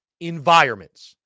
environments